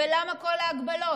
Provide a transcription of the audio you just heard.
למה כל ההגבלות?